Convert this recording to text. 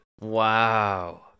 Wow